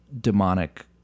demonic